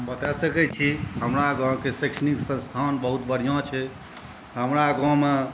बता सकै छी हमरा गाँमके शैक्षणिक संस्थान बहुत बढ़िऑं छै हमरा गाँममे